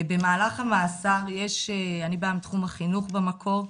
במהלך המאסר, אני באה מתחום החינוך במקור,